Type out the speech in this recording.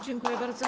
Dziękuję bardzo.